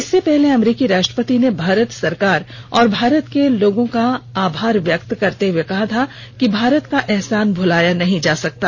इससे पहले अमरीकी राष्ट्रपति ने भारत सरकार और भारत के लोगों का आभार व्यक्त करते हुए कहा था कि भारत का एहसान भुलाया नही जा सकता